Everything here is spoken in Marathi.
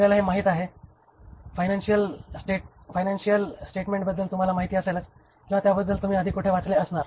आपल्याला हे माहित आहे फायनांनशीअल स्टेटमेंटबद्दल तुम्हाला माहिती असेलच किंवा त्या बद्दल तुम्ही आधी कुठे तरी वाचले असणार